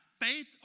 faith